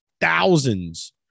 Thousands